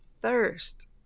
thirst